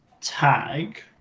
tag